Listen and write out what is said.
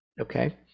okay